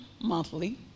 monthly